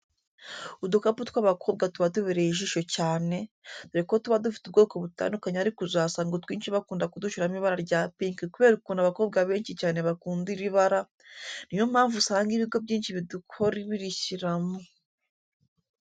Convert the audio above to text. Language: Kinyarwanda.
Udukapu tw'abakobwa tuba tubereye ijisho cyane, dore ko tuba dufite ubwoko butandukanye ariko uzasanga utwinshi bakunda kudushyiramo ibara rya pinki kubera ukuntu abakobwa benshi cyane bakunda iri bara, ni yo mpamvu usanga ibigo byinshi bidukora birishyiramo.